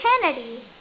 Kennedy